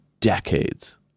decades